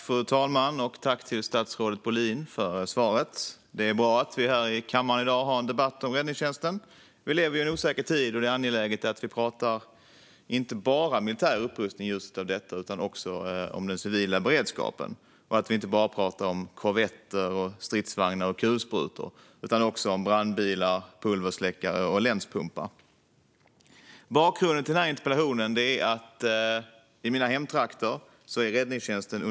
Fru talman! Tack, statsrådet Bohlin, för svaret! Det är bra att vi här i kammaren i dag har en debatt om räddningstjänsten. Vi lever i en osäker tid. Och det är angeläget att vi inte bara pratar om militär upprustning i ljuset av det utan också om den civila beredskapen - att vi inte bara pratar om korvetter, stridsvagnar och kulsprutor utan också om brandbilar, pulversläckare och länspumpar. Bakgrunden till denna interpellation är att räddningstjänsten är under hot i mina hemtrakter.